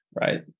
right